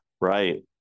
right